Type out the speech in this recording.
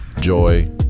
joy